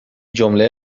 جمله